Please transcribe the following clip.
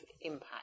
impact